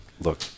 look